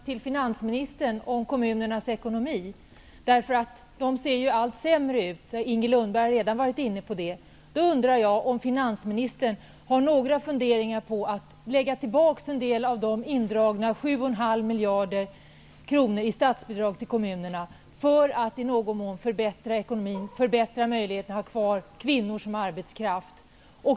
Herr talman! Jag vill fortsätta med ett par frågor till finansministern om kommunernas ekonomi. Det ser allt sämre ut. Inger Lundberg har redan varit inne på det. Jag undrar om finansministern har några funderingar på att lägga tillbaka en del av de indragna statsbidragen 7,5 miljarder kronor till kommunerna för att i någon mån förbättra ekonomin och förbättra möjligheterna att ha kvar kvinnor som arbetskraft.